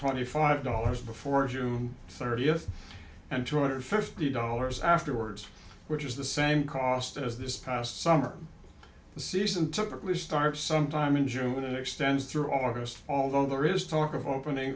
twenty five dollars before june thirtieth and two hundred fifty dollars afterwards which is the same cost as this past summer the season took to start sometime in june extends through august although there is talk of opening